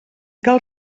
cal